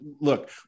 look